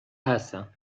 هستم